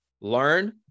learn